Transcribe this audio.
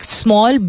small